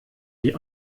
die